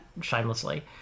shamelessly